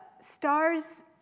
stars